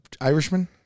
Irishman